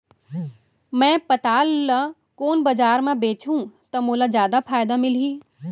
मैं पताल ल कोन बजार म बेचहुँ त मोला जादा फायदा मिलही?